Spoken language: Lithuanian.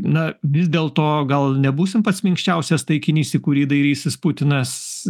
na vis dėl to gal nebūsim pats minkščiausias taikinys į kurį dairysis putinas